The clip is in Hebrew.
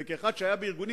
וכאחד שהיה בארגונים,